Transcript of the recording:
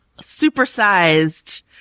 supersized